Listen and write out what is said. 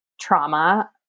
trauma